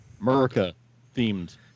America-themed